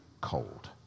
cold